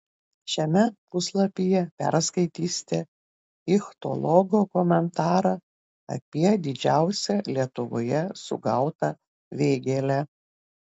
šiame puslapyje perskaitysite ichtiologo komentarą apie didžiausią lietuvoje sugautą vėgėlę